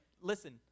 listen